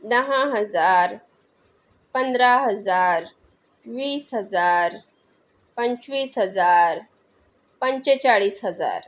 दहा हजार पंधरा हजार वीस हजार पंचवीस हजार पंचेचाळीस हजार